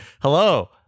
Hello